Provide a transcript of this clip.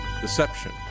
deception